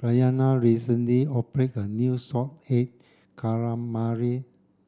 Bryanna recently opened a new salted egg calamari